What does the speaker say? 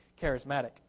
charismatic